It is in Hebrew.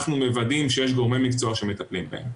אנחנו מוודאים שיש גורמי מקצוע שמטפלים בהם.